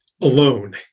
alone